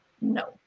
No